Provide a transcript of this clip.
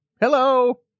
Hello